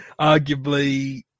Arguably